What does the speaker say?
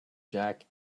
jack